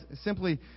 simply